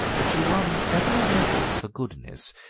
that she won several medals for goodness,